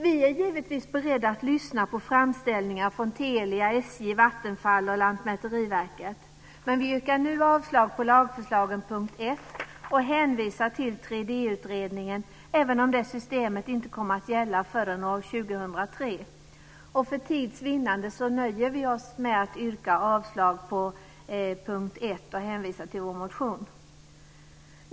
Vi är givetvis beredda att lyssna på framställningar från Telia, SJ, Vattenfall och Lantmäteriverket, men vi yrkar nu avslag på lagförslagen under punkt 1 och hänvisar till 3D-utredningen, nämnda utredning om tredimensionell fastighetsbildning, även om det systemet inte kommer att gälla förrän år 2003. För tids vinnande nöjer vi oss med att yrka avslag under punkt 1 och hänvisar till vår motion.